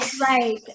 Right